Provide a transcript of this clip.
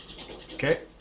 Okay